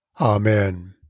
Amen